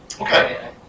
Okay